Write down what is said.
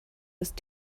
ist